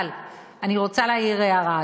אבל אני רוצה להעיר הערה.